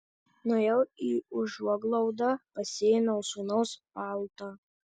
nuėjau į užuoglaudą pasiėmiau sūnaus paltą